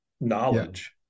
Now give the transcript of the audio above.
knowledge